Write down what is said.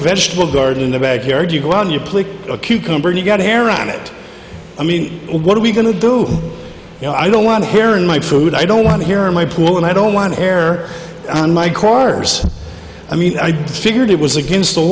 vegetable garden in the backyard you go on your plate a cucumber you got hair on it i mean what are we going to do you know i don't want to hear in my food i don't want to hear my pool and i don't want to air on my cars i mean i figured it was against the